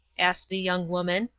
asked the young woman,